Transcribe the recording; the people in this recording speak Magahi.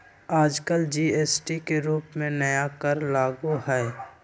आजकल जी.एस.टी के रूप में नया कर लागू हई